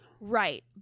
Right